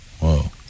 Whoa